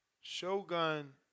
Shogun